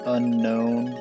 unknown